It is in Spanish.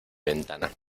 ventana